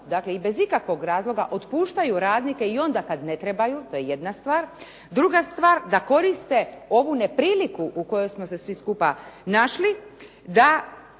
dakle i bez ikakvog razloga otpuštaju radnike i onda kad ne trebaju, to je jedna stvar. Druga stvar, da koriste ovu nepriliku u kojoj smo se svi skupa našli, da